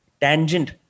tangent